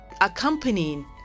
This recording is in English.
accompanying